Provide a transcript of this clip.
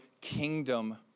kingdom